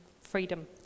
freedom